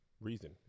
reason